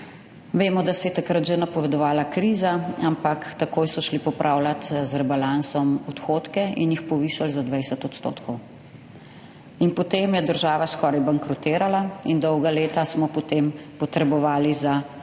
vemo, da se je takrat že napovedovala kriza, ampak takoj so šli popravljati z rebalansom odhodke in jih povišali za 20 % in potem je država skoraj bankrotirala. In dolga leta smo potem potrebovali za okrevanje,